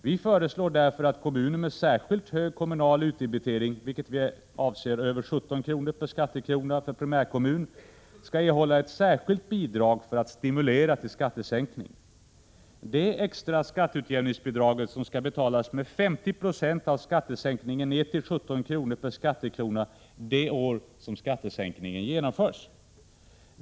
Vi föreslår därför att kommuner med särskilt hög kommunal utdebitering, med vilket vi avser över 17 kr. per skattekrona för primärkommun, erhåller ett särskilt bidrag för att stimulera till skattesänkning. Det extra skatteutjämningsbidraget skall betalas med 50 Z av skattesänkningen ned till 17 kr. per skattekrona det år skattesänkningen genomförs.